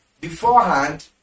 Beforehand